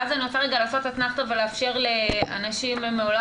ואז אני רוצה לעשות אתנחתא ולאפשר לאנשים מעולם